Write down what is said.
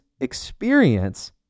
experience